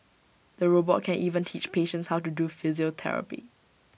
the robot can even teach patients how to do physiotherapy